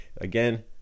Again